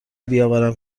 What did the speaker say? بیاورم